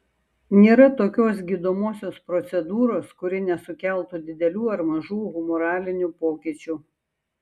nėra tokios gydomosios procedūros kuri nesukeltų didelių ar mažų humoralinių pokyčių